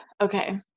Okay